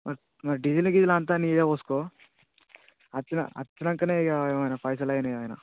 మ మరి డీజిల్ గీజిల్ అంతా నీదే పోసుకో వచ్చినా వచ్చినాకనే ఇక ఏమైనా పైసలైనా ఏమైనా